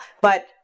But-